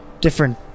different